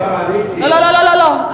אבל מכיוון שכבר עליתי, לא, לא, לא.